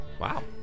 Wow